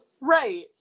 right